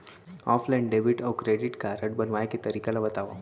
Offline debit अऊ credit card बनवाए के तरीका ल बतावव?